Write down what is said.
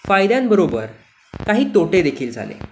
फायद्यांबरोबर काही तोटे देखील झाले